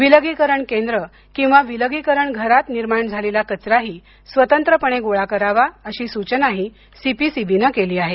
विलगीकरण केंद्र किंवा विलगीकरण घरांत निर्माण झालेला कचराही स्वतंत्रपणे गोळा करावा अशी सूचनाही सीपीसीब नं केली आहे